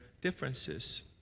differences